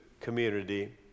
community